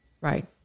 Right